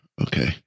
okay